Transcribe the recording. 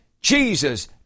Jesus